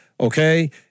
okay